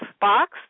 box